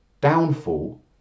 downfall